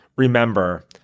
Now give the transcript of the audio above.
Remember